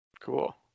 cool